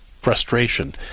frustration